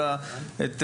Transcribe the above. מערכת